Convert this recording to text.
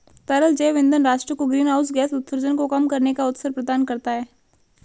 तरल जैव ईंधन राष्ट्र को ग्रीनहाउस गैस उत्सर्जन को कम करने का अवसर प्रदान करता है